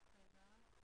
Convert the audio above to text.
(היו"ר עינב